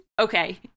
Okay